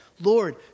Lord